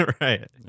Right